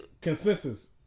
consensus